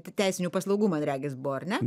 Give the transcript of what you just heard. teisinių paslaugų man regis buvo ar ne